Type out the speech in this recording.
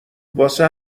واسه